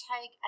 take